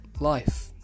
life